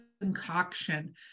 concoction